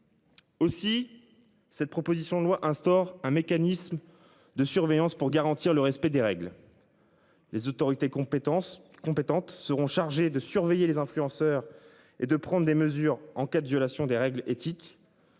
Aussi, cette proposition de loi instaure un mécanisme de surveillance pour garantir le respect des règles. Les autorités compétences compétentes seront chargés de surveiller les influenceurs et de prendre des mesures en cas de violation des règles éthiques.